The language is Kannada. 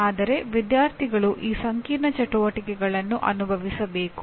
ಆದರೆ ವಿದ್ಯಾರ್ಥಿಗಳು ಈ ಸಂಕೀರ್ಣ ಚಟುವಟಿಕೆಗಳನ್ನು ಅನುಭವಿಸಬೇಕು